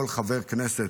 כל חברי הכנסת,